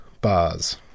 Bars